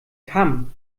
kamm